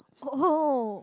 oh